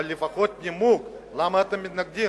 אבל לפחות נימוק למה אתם מתנגדים.